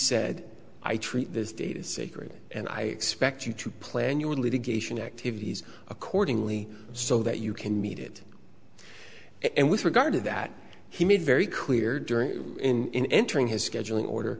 said i treat this data sacred and i expect you to plan your litigation activities accordingly so that you can meet it and with regard to that he made very clear during in entering his schedule in order